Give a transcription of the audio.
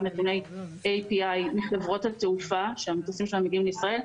נתוני API עם חברות התעופה שהמטוסים שלה מגיעים לישראל,